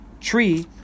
tree